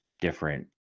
different